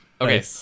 Okay